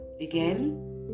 again